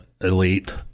elite